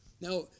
Now